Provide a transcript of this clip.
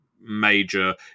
major